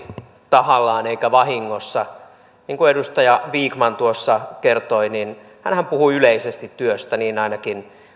tahallaan eikä vahingossa niin kuin edustaja vikman tuossa kertoi hänhän puhui yleisesti työstä niin ainakin